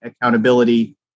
accountability